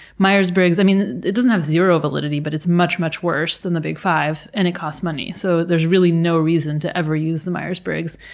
meyers briggs, i mean, it doesn't have zero validity, but it's much, much worse than the big five, five, and it costs money, so there's really no reason to ever use the meyers-briggs.